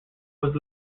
was